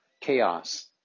chaos